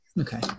Okay